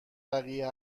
بقیه